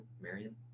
Marion